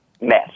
mess